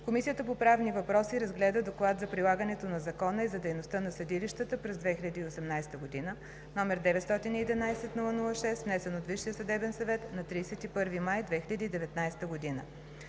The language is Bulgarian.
Комисията по правни въпроси разгледа Доклад за прилагането на закона и за дейността на съдилищата през 2018 г., № 911-00-6, внесен от Висшия съдебен съвет на 31 май 2019 г.